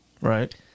Right